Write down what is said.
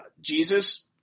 Jesus